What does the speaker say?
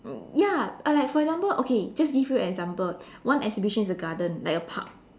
ya and like for example okay just give you an example one exhibition is a garden like a park